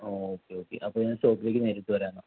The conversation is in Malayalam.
ഓക്കേ ഓക്കേ അപ്പോൾ ഞാൻ ഷോപ്പിലേക്ക് നേരിട്ട് വരാം എന്നാൽ